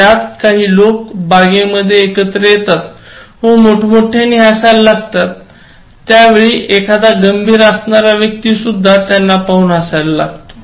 त्यात काही लोक बागेमध्ये एकत्र येतात व मोठमोठ्याने हसायला लागतात त्यावेळी एखादा गंभीर असणारा व्यक्ती सुद्धा त्यांना पाहून हसायला लागतो